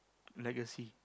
legacy